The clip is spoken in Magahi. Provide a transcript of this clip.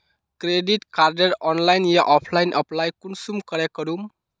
क्रेडिट कार्डेर ऑनलाइन या ऑफलाइन अप्लाई कुंसम करे करूम?